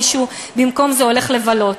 מישהו במקום הולך לבלות.